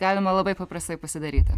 galima labai paprastai pasidaryti